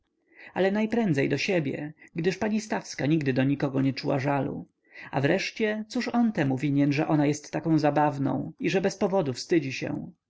ale najprędzej do siebie gdyż pani stawska nigdy do nikogo nie czuła żalu a wreszcie cóż on temu winien że ona jest taka zabawna i bez powodu wstydzi się